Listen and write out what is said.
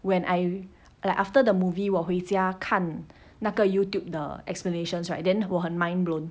when I like after the movie 我回家看那个 YouTube 的 explanations right then 我很 mind blown